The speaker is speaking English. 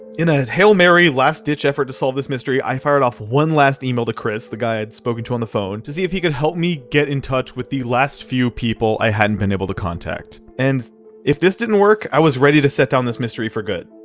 in ah a hail-mary last ditch effort to solve this mystery, i fired off one last email to chris, the guy i had spoken to on the phone, to see if he could help me get in touch with the last few people i hadn't been able to contact, and if this didn't work i was ready to set down this mystery for good.